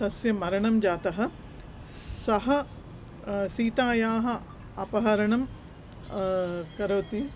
तस्य मरणं जातः सः सीतायाः अपहरणं करोति